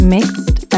Mixed